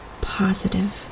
positive